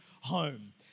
home